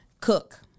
cook